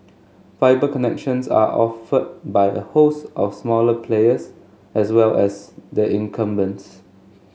fibre connections are offered by a host of smaller players as well as the incumbents